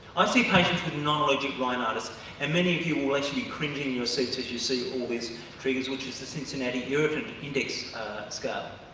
i see patients with non-allergic rhinitis and many of you will actually cringing your seats as you see all these triggers, which is the cincinnati irritant index scale.